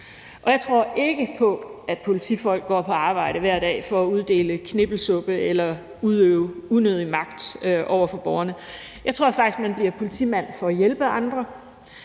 og jeg tror ikke på, at politifolk går på arbejde hver dag for at uddele knippelsuppe eller udøve unødig magt over for borgerne. Jeg tror faktisk, at man bliver politimand for at hjælpe andre,